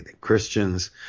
christians